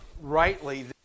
rightly